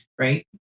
Right